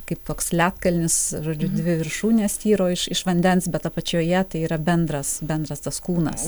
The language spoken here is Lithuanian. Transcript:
kaip toks ledkalnis žodžiu dvi viršūnės styro iš iš vandens bet apačioje tai yra bendras bendras tas kūnas